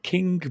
King